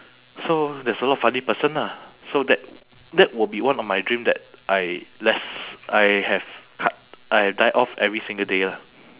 so there's a lot funny person ah so that that would be one of my dream that I less I have cut I have die off every single day lah